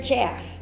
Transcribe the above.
Jeff